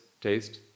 taste